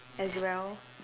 as well